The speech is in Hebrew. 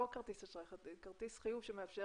לא כרטיס אשראי אלא כרטיס חיוב שמאפשר